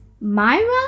Myra